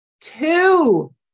two